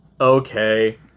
okay